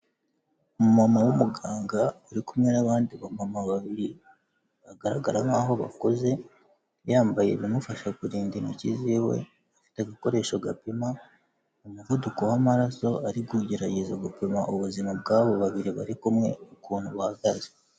Umumama w'umuganga uri kumwe n'abandi bamama babiri bagaragara nk'aho bakuze, yambaye ibimufasha kurinda intoki ziwe ,afite agakoresho gapima umuvuduko w'amaraso, ari kugerageza gupima ubuzima bw'abo babiri bari kumwe ukuntu buhagaze.